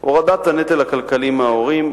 1. הורדת הנטל הכלכלי מההורים,